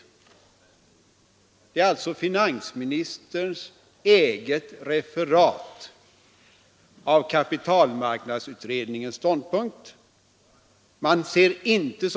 Det är alltså finansministerns eget referat av kampitalmarknadsutredningens ståndpunkt!